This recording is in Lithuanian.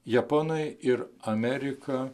japonai ir amerika